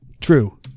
True